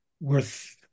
worth